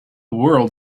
world